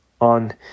On